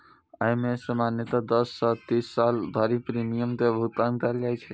अय मे सामान्यतः दस सं तीस साल धरि प्रीमियम के भुगतान कैल जाइ छै